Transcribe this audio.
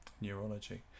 neurology